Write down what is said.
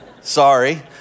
Sorry